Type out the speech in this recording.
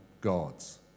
gods